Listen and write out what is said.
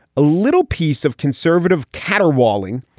a little piece of conservative caterwauling,